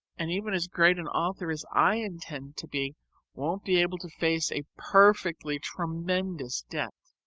and even as great an author as i intend to be won't be able to face a perfectly tremendous debt.